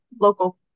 local